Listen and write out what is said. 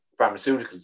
pharmaceuticals